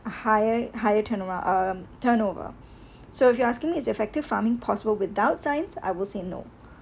a higher higher turnover turnover so if you are asking me is effective farming possible without science I would say no